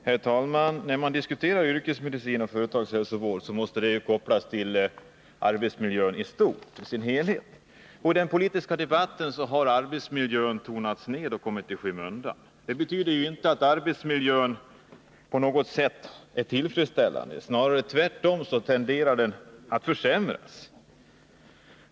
Herr talman! När man diskuterar yrkesmedicin och företagshälsovård, måste man ju anknyta till arbetsmiljön i dess helhet. I den politiska debatten har frågor om arbetsmiljön tonats ned och kommit i skymundan. Det betyder inte att arbetsmiljön på något sätt är tillfredsställande. Tvärtom tenderar den snarare att försämras.